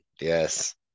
Yes